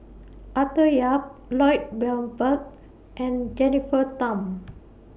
Arthur Yap Lloyd Valberg and Jennifer Tham